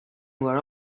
were